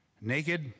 Naked